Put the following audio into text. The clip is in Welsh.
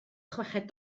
chweched